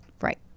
Right